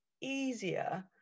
easier